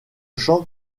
champ